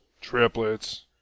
triplets